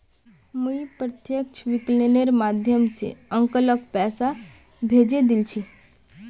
मुई प्रत्यक्ष विकलनेर माध्यम स अंकलक पैसा भेजे दिल छि